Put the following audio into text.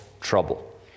trouble